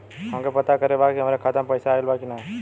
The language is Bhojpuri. हमके पता करे के बा कि हमरे खाता में पैसा ऑइल बा कि ना?